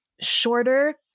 shorter